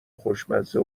خوشمزه